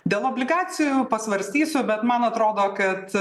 dėl obligacijų pasvarstysiu bet man atrodo kad